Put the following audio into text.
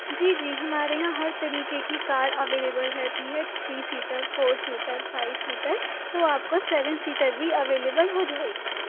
جی جی ہمارے یہاں ہر طریقے کی کار اویلیبل رہتی ہے three seater four seater five seater تو آپ کو سیون سیٹر بھی اویلیبل ہو جائے گی